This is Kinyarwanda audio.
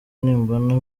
nimbona